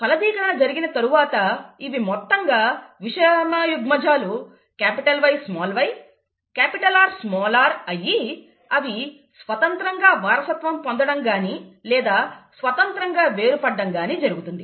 ఫలదీకరణ జరిగిన తరువాత ఇవి మొత్తంగా విషమయుగ్మజాలు YyRr అయ్యి అవి స్వతంత్రంగా వారసత్వం పొందడం గానీ లేదా స్వతంత్రంగా వేరు పడడం గాని జరుగుతుంది